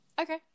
Okay